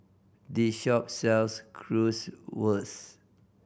this shop sells Currywurst